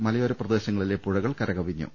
മലയോരപ്രദേശ ങ്ങളിലെ പുഴകൾ കരകവിഞ്ഞു